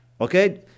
Okay